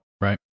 Right